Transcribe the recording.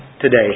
today